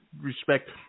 respect